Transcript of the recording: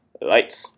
lights